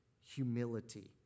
humility